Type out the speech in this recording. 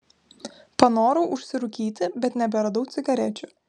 panorau užsirūkyti bet neberadau cigarečių